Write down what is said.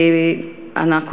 בכנסת הקודמת,